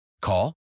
Call